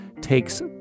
takes